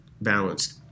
balanced